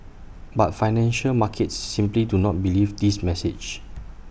but financial markets simply do not believe this message